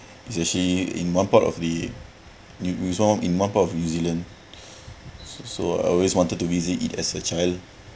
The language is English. is actually in one part of the new new~ in one part of new zealand so I always wanted to visit it as a child